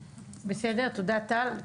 תודה, טל.